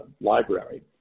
library